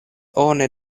oni